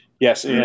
yes